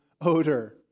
odor